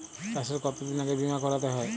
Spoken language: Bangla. চাষে কতদিন আগে বিমা করাতে হয়?